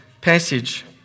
passage